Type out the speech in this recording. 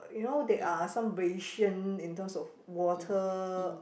you know there are some ration in terms of water